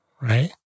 right